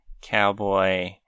cowboy